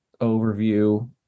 overview